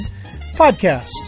podcast